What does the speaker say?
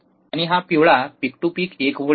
आणि हा पिवळा पिक टू पिक १ व्होल्ट आहे